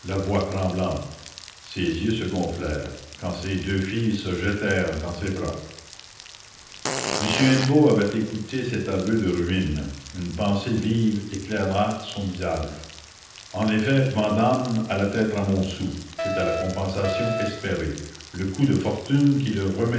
tremblante ses yeux se gonflèrent quand ses deux filles se jetèrent dans ses bras m hennebeau avait écouté cet aveu de ruine une pensée vive éclaira son visage en effet vandame allait être à montsou c'était la compensation espérée le coup de fortune qui le